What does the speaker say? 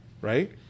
right